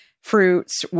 fruits